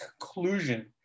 conclusion